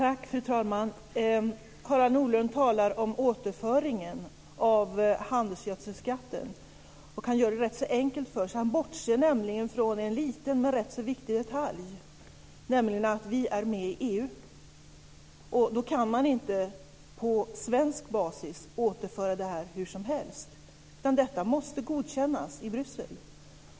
Fru talman! Harald Nordlund talar om återföringen av handelsgödselskatten. Han gör det rätt så enkelt för sig. Han bortser ifrån en liten men rätt så viktig detalj, nämligen att vi är med i EU. Då kan man inte på svensk basis återföra det här hur som helst, utan det måste godkännas i Bryssel.